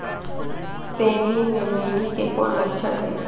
सेमी मे मईनी के कौन लक्षण हे?